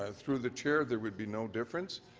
ah through the chair, there would be no difference.